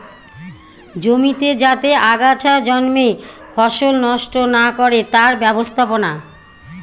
জমিতে যাতে আগাছা জন্মে ফসল নষ্ট না করে তার ব্যবস্থাপনা